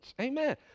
Amen